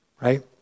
right